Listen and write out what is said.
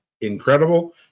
incredible